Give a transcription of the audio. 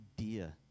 idea